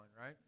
Right